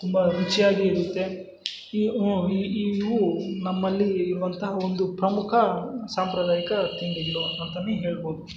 ತುಂಬ ರುಚಿಯಾಗಿ ಇರುತ್ತೆ ಈ ಹ್ಞೂ ಇವೂ ನಮ್ಮಲ್ಲೀ ಇರುವಂತಹ ಒಂದು ಪ್ರಮುಖ ಸಾಂಪ್ರದಾಯಿಕ ತಿಂಡಿಗಳು ಅಂತಾನೇ ಹೇಳ್ಬೋದು